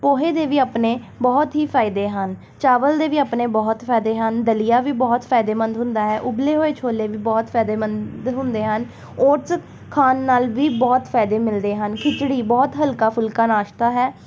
ਪੋਹੇ ਦੇ ਵੀ ਆਪਣੇ ਬਹੁਤ ਹੀ ਫਾਇਦੇ ਹਨ ਚਾਵਲ ਦੇ ਵੀ ਆਪਣੇ ਬਹੁਤ ਫਾਇਦੇ ਹਨ ਦਲੀਆ ਵੀ ਬਹੁਤ ਫਾਇਦੇਮੰਦ ਹੁੰਦਾ ਹੈ ਉਬਲੇ ਹੋਏ ਛੋਲੇ ਵੀ ਬਹੁਤ ਫਾਇਦੇਮੰਦ ਹੁੰਦੇ ਹਨ ਓਟਸ ਖਾਣ ਨਾਲ ਵੀ ਬਹੁਤ ਫਾਇਦੇ ਮਿਲਦੇ ਹਨ ਖਿਚੜੀ ਬਹੁਤ ਹਲਕਾ ਫੁਲਕਾ ਨਾਸ਼ਤਾ ਹੈ